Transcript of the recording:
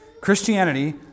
Christianity